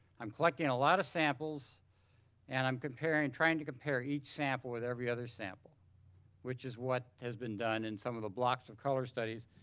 i'm collecting a lot of samples and i'm comparing trying to compare each sample with every other sample which is what has been done in some of the blocks of color studies